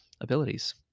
abilities